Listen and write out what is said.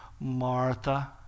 Martha